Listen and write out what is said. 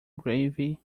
gravy